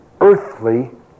earthly